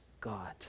God